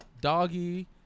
doggy